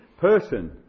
person